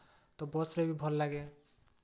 ତ ବସ୍ରେ ବି ଭଲ ଲାଗେ